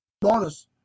bonus